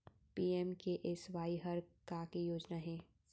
PMKSY हर का के योजना हे?